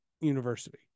university